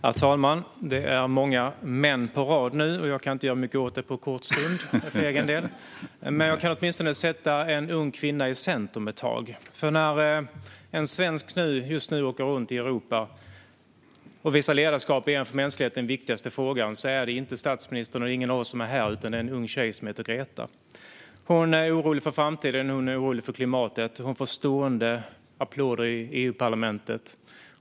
Herr talman! Det är många män på rad nu. Jag kan för egen del inte göra mycket åt det på en kort stund. Men jag kan åtminstone sätta en ung kvinna i centrum ett tag. När en svensk just nu åker runt i Europa och visar ledarskap i den för mänskligheten viktigaste frågan är det inte statsministern och ingen av oss andra här, utan en ung tjej som heter Greta. Hon är orolig för framtiden. Hon är orolig för klimatet. Hon får stående applåder i EU-parlamentet.